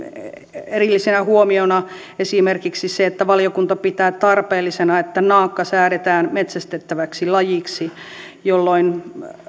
erillisenä huomiona esimerkiksi se että valiokunta pitää tarpeellisena että naakka säädetään metsästettäväksi lajiksi jolloin